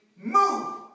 move